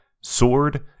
Sword